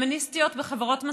פמיניסטיות בחברות מסורתיות.